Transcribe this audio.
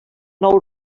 nou